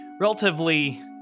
relatively